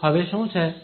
તો હવે શું છે